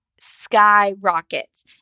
skyrockets